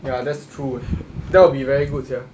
ya that's true that will be very good sia